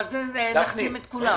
על זה נחתים את כולם,